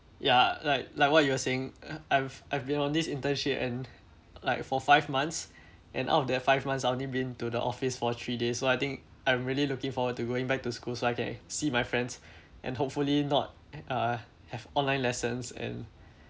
ya like like what you are saying uh I've I've been on this internship and like for five months and out of that five months I only been to the office for three days so I think I'm really looking forward to going back to school so I can see my friends and hopefully not uh have online lessons and